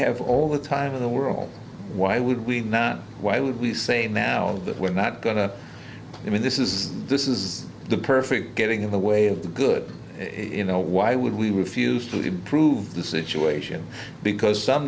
have all the time in the world why would we why would we say now that we're not going to i mean this is this is the perfect getting in the way of the good you know why would we refuse to improve the situation because some